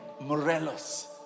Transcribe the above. Morelos